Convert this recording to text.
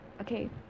okay